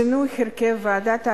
שינוי הרכב ועדת ערר,